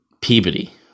Peabody